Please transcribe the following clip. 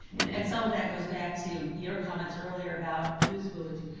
and and some of that goes back to your comments earlier about usability.